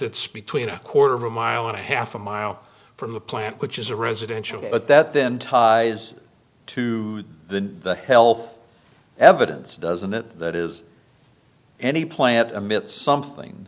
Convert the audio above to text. speak tween a quarter of a mile and a half a mile from the plant which is a residential but that then ties to the health evidence doesn't that is any plant a myth something